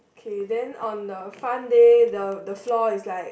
okay then on the fun day the the floor is like